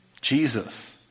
Jesus